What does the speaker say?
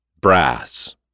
Brass